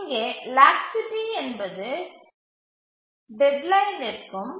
இங்கே லாக்சிட்டி என்பது டெட்லைனிற்கும்